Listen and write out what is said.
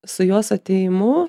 su jos atėjimu